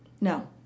No